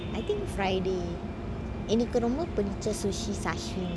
I think friday என்னக்கு ரொம்ப பிடிச்ச:ennaku romba pidicha sushi சிசுவின்:sasvin